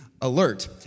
alert